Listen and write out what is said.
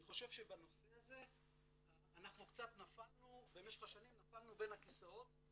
אני חושב שבנושא הזה אנחנו קצת נפלנו בין הכיסאות במשך השנים.